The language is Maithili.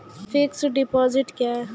फिक्स्ड डिपोजिट क्या हैं?